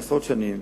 לפני עשרות שנים,